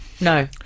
No